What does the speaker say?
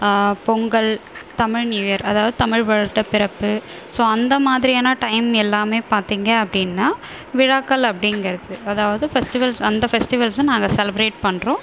Pongal Tamil new year அதாவது தமிழ் வருட பிறப்பு ஸோ அந்த மாதிரியான டைம் எல்லாமே பார்த்திங்க அப்படினா விழாக்கள் அப்படிங்கறது அதாவது ஃபெஸ்ட்டிவல்ஸ் அந்த ஃபெஸ்ட்டிவல்ஸ்ஸை நாங்கள் செலப்ரேட் பண்ணுறோம்